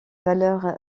valeurs